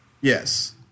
Yes